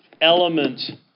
element